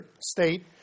state